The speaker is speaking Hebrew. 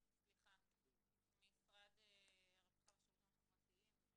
ממשרד הרווחה והשירותים החברתיים.